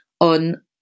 on